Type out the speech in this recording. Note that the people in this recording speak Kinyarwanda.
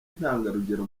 intangarugero